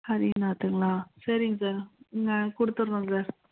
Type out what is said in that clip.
ஹரிநாத்துங்களா சரிங்க சார் ஆ கொடுத்துட்றோம் சார்